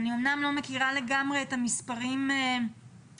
אמנם אני לא מכירה לגמרי את המספרים שחבריי,